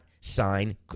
sign